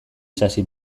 sasi